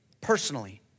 personally